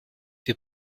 wir